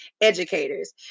Educators